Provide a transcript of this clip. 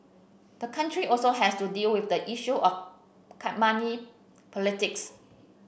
the country also has to deal with the issue of can money politics